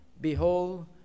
Behold